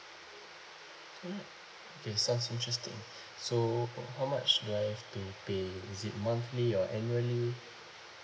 alright okay sounds interesting so okay how much do I have to pay is it monthly or annually